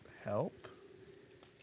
help